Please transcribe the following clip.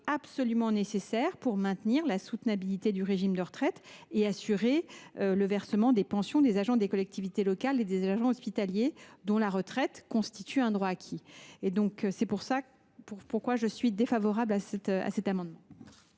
absolument nécessaire pour maintenir la soutenabilité du régime de retraite et assurer le versement des pensions des agents des collectivités locales et des agents hospitaliers, dont la retraite constitue un droit acquis. C’est pourquoi je suis défavorable à ces amendements